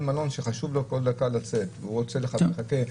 שחשובה לו כל דקה והוא רוצה לצאת.